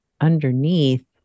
underneath